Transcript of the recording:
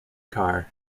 carr